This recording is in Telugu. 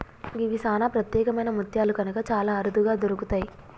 గివి సానా ప్రత్యేకమైన ముత్యాలు కనుక చాలా అరుదుగా దొరుకుతయి